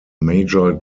major